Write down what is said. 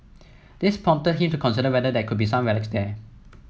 this prompted him to consider whether there could be some relics there